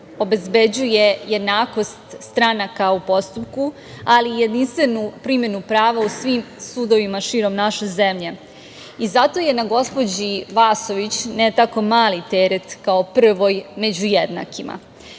obezbeđuje jednakost stranaka u postupku, ali i jedinstvenu primenu prava u svim sudovima širom naše zemlje. Zato je na gospođi Vasović, ne tako mali teret, kao prvoj među jednakima,